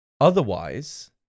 Otherwise